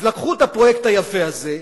אז לקחו את הפרויקט היפה הזה,